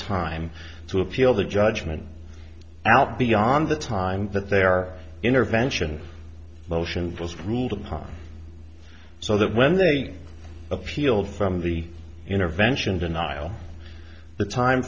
time to appeal the judgment out beyond the time that their intervention motion was ruled upon so that when they appealed from the intervention denial the time